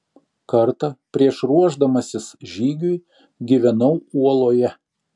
kartą prieš ruošdamasis žygiui gyvenau uoloje